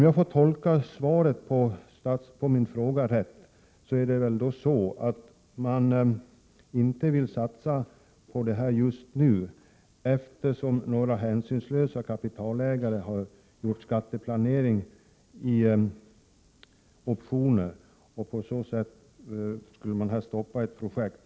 Jag tolkar svaret på min fråga så, att någon satsning på detta projekt inte sker just nu på grund av att några hänsynslösa kapitalägare har skatteplanerat i optioner. På så sätt har dessa stoppat ett projekt.